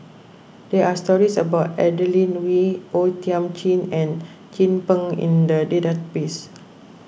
there are stories about Adeline Ooi O Thiam Chin and Chin Peng in the database